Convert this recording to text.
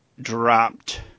dropped